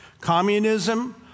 Communism